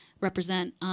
represent